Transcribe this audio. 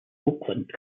oakland